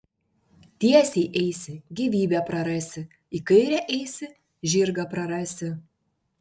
tiesiai eisi gyvybę prarasi į kairę eisi žirgą prarasi